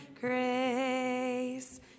grace